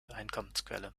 einkommensquelle